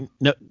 no